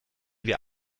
wir